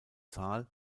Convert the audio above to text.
zahl